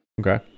okay